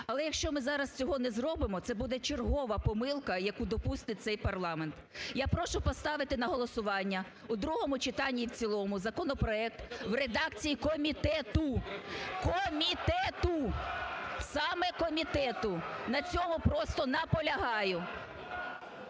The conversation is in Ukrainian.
Але якщо ми зараз цього не зробимо, це буде чергова помилку, яку допустить цей парламент. Я прошу поставити на голосування у другому читанні і в цілому законопроект в редакції комітету. (Шум у залі) Комітету! (Шум у залі) Саме комітету! На цьому просто наполягаю.